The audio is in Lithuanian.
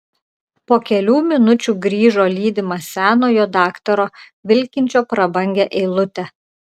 po kelių minučių grįžo lydimas senojo daktaro vilkinčio prabangią eilutę